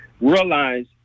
realize